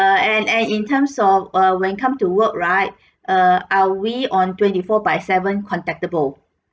err and and in terms of err when come to work right err are we on twenty four by seven contactable